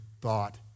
thought